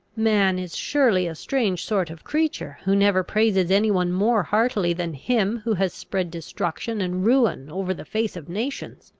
man is surely a strange sort of creature, who never praises any one more heartily than him who has spread destruction and ruin over the face of nations!